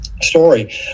story